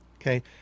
Okay